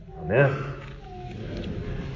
Amen